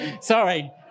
sorry